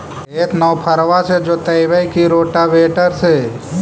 खेत नौफरबा से जोतइबै की रोटावेटर से?